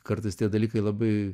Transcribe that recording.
kartais tie dalykai labai